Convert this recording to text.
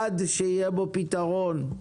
עד שיהיה בו פתרון,